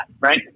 right